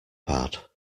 bad